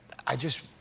i just,